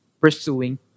pursuing